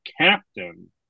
Captain